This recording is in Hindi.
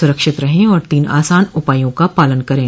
सुरक्षित रहें और तीन आसान उपायों का पालन करें